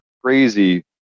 crazy